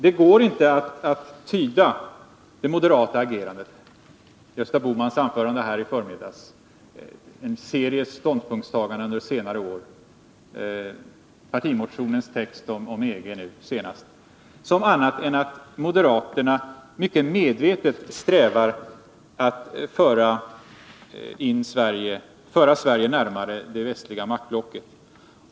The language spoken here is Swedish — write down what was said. Det går inte att tyda det moderata agerandet, Gösta Bohmans anförande i förmiddags, en serie ståndpunktstaganden under senare år och nu senast partimotionens text om EG som annat än att moderaterna mycket medvetet strävar efter att föra Sverige närmare det västliga maktblocket.